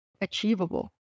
achievable